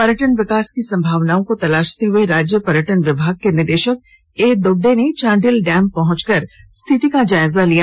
पर्यटन विकास की संभावनाओं को तलाशते हुए राज्य पर्यटन विभाग के निर्देशक ए दोड्डे ने चांडिल डैम पहुंचकर स्थिति का जायजा लिया